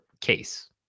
case